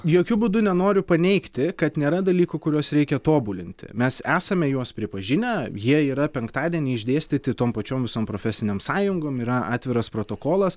jokiu būdu nenoriu paneigti kad nėra dalykų kuriuos reikia tobulinti mes esame juos pripažinę jie yra penktadienį išdėstyti tom pačiom visom profesinėm sąjungom yra atviras protokolas